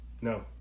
No